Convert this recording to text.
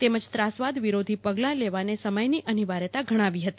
તેમજ ત્રાસવાદ વિરોધી પગલા લેવાને સમયની અનિવાર્યતા ગણાવી હતી